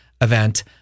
event